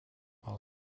while